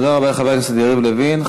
תודה רבה לחבר הכנסת יריב לוין.